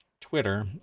Twitter